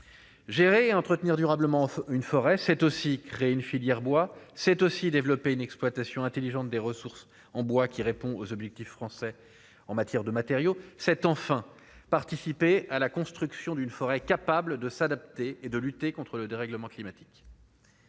Gérer entretenir durablement une forêt, c'est aussi créer une filière bois c'est aussi développé une exploitation intelligente des ressources en bois qui répond aux objectifs français en matière de matériaux cette, enfin, participer à la construction d'une forêt, capable de s'adapter et de lutter contre le dérèglement climatique.